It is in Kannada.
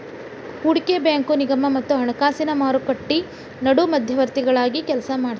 ಹೂಡಕಿ ಬ್ಯಾಂಕು ನಿಗಮ ಮತ್ತ ಹಣಕಾಸಿನ್ ಮಾರುಕಟ್ಟಿ ನಡು ಮಧ್ಯವರ್ತಿಗಳಾಗಿ ಕೆಲ್ಸಾಮಾಡ್ತಾವ